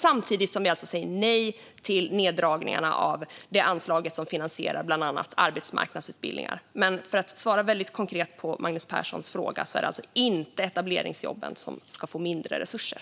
Samtidigt säger vi alltså nej till neddragningarna av det anslag som finansierar bland annat arbetsmarknadsutbildningar. För att svara väldigt konkret på Magnus Perssons fråga är det alltså inte etableringsjobben som ska få mindre resurser.